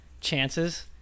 chances